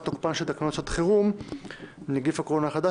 תוקפן של תקנות שעת חירום (נגיף הקורונה החדש,